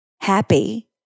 happy